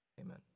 Amen